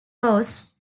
cause